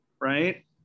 right